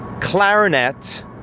Clarinet